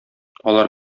алар